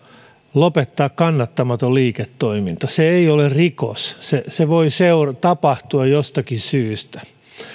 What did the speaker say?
lopettaa kannattamaton liiketoiminta se ei ole rikos se se voi tapahtua jostakin syystä